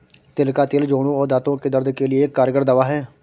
तिल का तेल जोड़ों और दांतो के दर्द के लिए एक कारगर दवा है